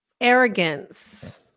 arrogance